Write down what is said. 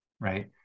Right